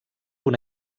una